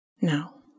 Now